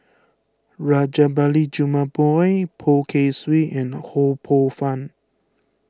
Rajabali Jumabhoy Poh Kay Swee and Ho Poh Fun